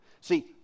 See